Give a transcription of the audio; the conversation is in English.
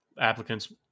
applicants